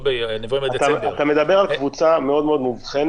אתה מדבר על קבוצה מאוד מאוד מאובחנת